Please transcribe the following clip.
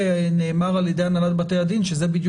נאמר על-ידי הנהלת בתי הדין שזה בדיוק